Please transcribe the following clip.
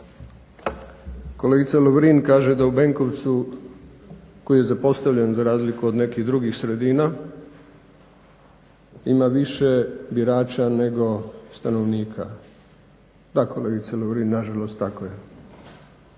Kolegica Lovrin kaže da u Benkovcu, koji je zapostavljen za razliku od nekih drugih sredina ima više birača nego stanovnika. Da kolegice Lovrin, na žalost tako je